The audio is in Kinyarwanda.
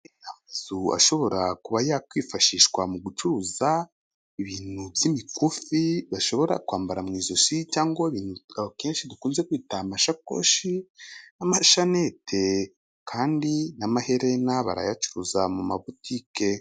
Amazu ashobora kuba yakwifashishwa mu gucuruza ibintu by'imikufi bashobora kwambara mu ijosi cyangwa kenshi dukunze kwita amashakoshi, amashanete kandi n'amaherena barayacuruza mu ma butike.